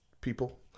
people